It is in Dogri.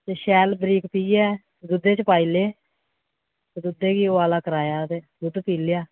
ते शैल बरीक पीह्यै दुद्धै च पाई ले दुद्धै गी बुआला कराया ते दुद्ध पी लेआ